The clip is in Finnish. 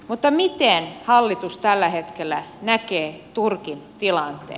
mutta miten hallitus tällä hetkellä näkee turkin tilanteen